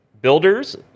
builders